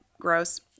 Gross